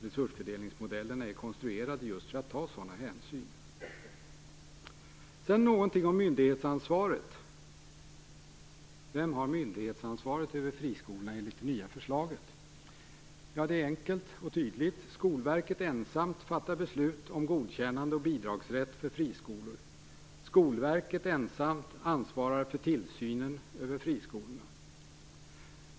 Resursfördelningsmodellerna är konstruerade just för att ta sådan hänsyn. Sedan vill jag säga någonting om myndighetsansvaret. Vem har myndighetsansvaret över friskolorna enligt det nya förslaget? Ja, det är enkelt och tydligt: Skolverket ensamt fattar beslut om godkännande och bidragsrätt för friskolor. Skolverket ensamt ansvarar för tillsynen över friskolorna.